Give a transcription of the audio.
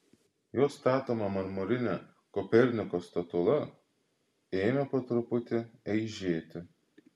jo statoma marmurinė koperniko statula ėmė po truputį eižėti